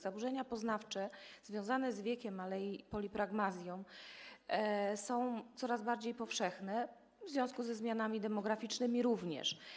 Zaburzenia poznawcze związane z wiekiem, ale i z polipragmazją są coraz bardziej powszechne - w związku ze zmianami demograficznymi również.